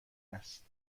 است